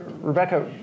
Rebecca